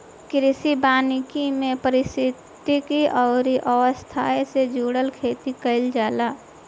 कृषि वानिकी में पारिस्थितिकी अउरी अर्थव्यवस्था से जुड़ल खेती कईल जाला